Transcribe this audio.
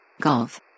Golf